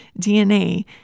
DNA